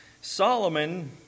Solomon